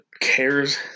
cares